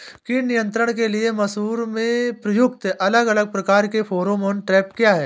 कीट नियंत्रण के लिए मसूर में प्रयुक्त अलग अलग प्रकार के फेरोमोन ट्रैप क्या है?